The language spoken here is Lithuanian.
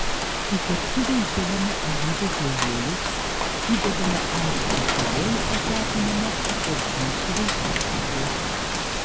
į keptuvę įpilame alyvuogių aliejaus įdedame ančiuvių filė ir pakepiname kol ančiuviai sutrupės